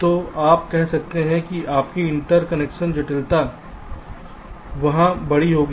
तो आप कह सकते हैं कि आपकी इंटरकनेक्शन जटिलता वहाँ बड़ी होगी